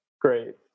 great